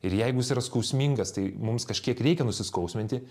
ir jeigu jis yra skausmingas tai mums kažkiek reikia nusiskausminti